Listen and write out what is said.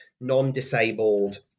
non-disabled